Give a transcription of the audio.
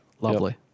Lovely